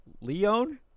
Leon